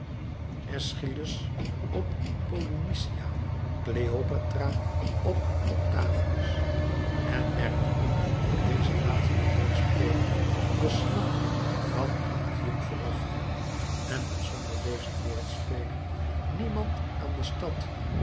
eschylus op polynicia cleopatra op octavius en merkt op dat deze laatste woordspeling den slag van actium voorafging en dat zonder deze woordspeling niemand aan de stad